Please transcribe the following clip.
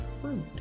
fruit